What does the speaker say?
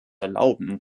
erlauben